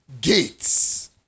Gates